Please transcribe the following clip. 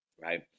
Right